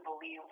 believe